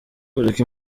kureka